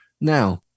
now